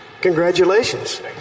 Congratulations